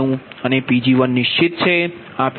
92 અને Pg1 નિશ્ચિત છે